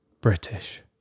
British